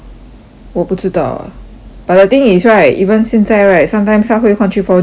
我不知道 but the thing is right even 现在 right sometimes 它会换去 four G 的